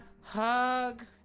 Hug